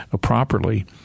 properly